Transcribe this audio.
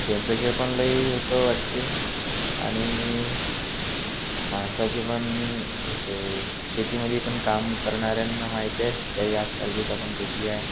temperature पण लई होतं वाटते आणि माणसाची पण हे सोय शेतीमध्ये पण काम करणाऱ्यांना माहीत आहे काही आजकालचे तपन कशी आहे